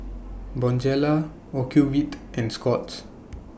Bonjela Ocuvite and Scott's